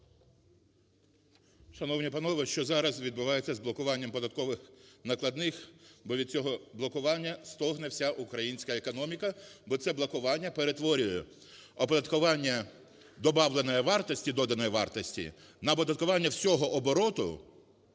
Шановні панове! Що зараз відбувається з блокуванням податкових накладних, бо від цього блокування стогне вся українська економіка. Бо це блокування перетворює оподаткування добавленої вартості, доданої вартості на оподаткування всього обороту